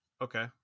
Okay